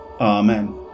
Amen